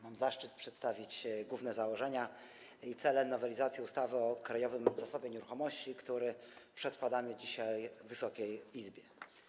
Mam zaszczyt przedstawić główne założenia i cele nowelizacji ustawy o Krajowym Zasobie Nieruchomości, który przedkładamy dzisiaj Wysokiej Izbie.